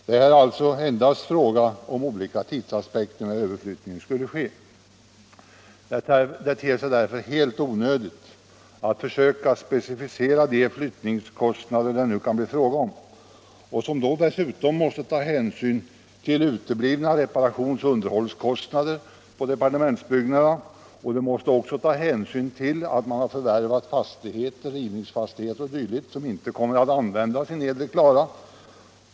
Det är således endast fråga om tidsaspekterna när överflyttningen skulle ske. Det ter sig därför helt onödigt att försöka specificera de flyttningskostnader det nu kan bli fråga om, varvid man dessutom måste ta hänsyn till uteblivna reparationsoch underhållskostnader på departementsbyggnaderna liksom till att byggnadsstyrelsen har förvärvat rivningsfastigheter o. d. som inte skulle komma att användas i nedre Klara.